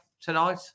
tonight